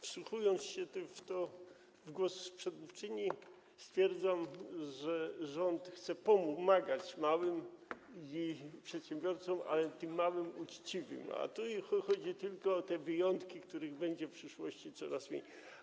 Wsłuchując się w głos przedmówczyni, stwierdzam, że rząd chce pomagać małym przedsiębiorcom, ale tym małym uczciwym, a tu chodzi tylko o te wyjątki, których będzie w przyszłości coraz mniej.